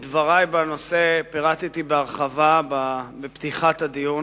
את דברי בנושא פירטתי בהרחבה בפתיחת הדיון